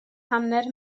hanner